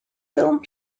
film